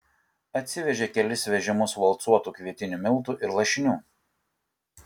atsivežė kelis vežimus valcuotų kvietinių miltų ir lašinių